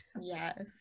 Yes